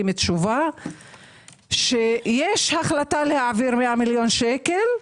תשובה שיש החלטה להעביר 100 מיליון שקל,